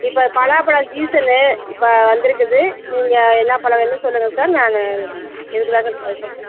இப்போ பலாப்பழம் சீசனு இப்போ வந்திருக்குது நீங்கள் என்ன பழம் வேணும்னு சொல்லுங்கள் சார் நான் இருக்குதான்னு கேட்டு சொல்கிறேன்